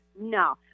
No